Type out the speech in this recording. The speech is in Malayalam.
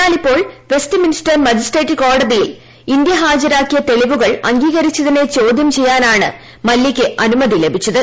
എന്നാൽ ഇപ്പോൾ വെസ്റ്റ് മിൻസ്റ്റർ മജിസ്ട്രേറ്റ് കോടതിയിൽ ഇന്ത്യ ഹാജരാക്കിയ തെളിവുകൾ അംഗീകരിച്ചതിനെ ചോദ്യം ചെയ്യാനാണ് മല്യയ്ക്ക് അനുമതി ലഭിച്ചത്